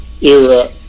era